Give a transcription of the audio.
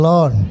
Lord